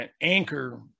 anchor